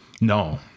No